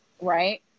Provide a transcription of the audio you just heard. Right